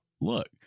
look